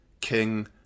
king